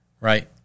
Right